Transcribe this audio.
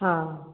हाँ